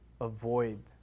avoid